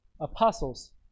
apostles